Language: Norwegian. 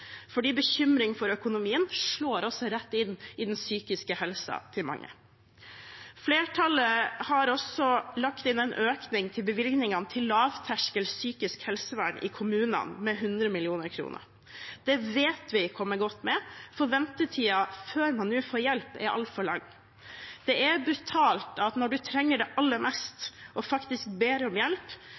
bekymring for økonomien slår også rett inn i den psykiske helsen til mange. Flertallet har også lagt inn en økning i bevilgningene til lavterskel psykisk helsevern i kommunene, med 100 mill. kr. Det vet vi kommer godt med, for ventetiden før man nå får hjelp, er altfor lang. Det er brutalt at når man trenger det aller mest og faktisk ber om hjelp,